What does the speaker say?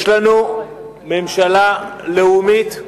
יש לנו ממשלה לאומית,